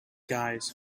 guys